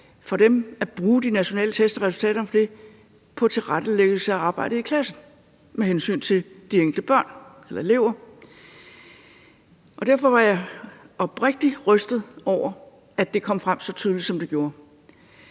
for dem at bruge de nationale test og resultaterne af dem på tilrettelæggelse af arbejdet i klassen med hensyn til de enkelte elever. Og derfor var jeg oprigtigt rystet over, at det kom frem så tydeligt, som det gjorde.